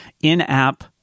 in-app